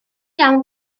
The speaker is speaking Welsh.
iawn